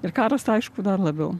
ir karas aišku dar labiau